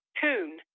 tune